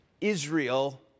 Israel